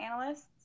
analysts